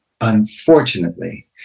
unfortunately